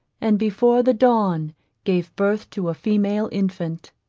and before the dawn gave birth to a female infant.